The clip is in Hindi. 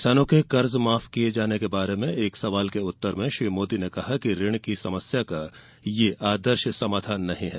किसानों के कर्ज माफ किए जाने के बारे में एक सवाल के उत्तर में श्री मोदी ने कहा कि ऋण की समस्या का यह आदर्श समाधान नहीं है